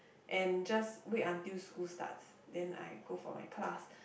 and just wait until school starts then I go for my class